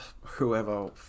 whoever